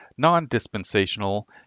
Non-dispensational